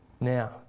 Now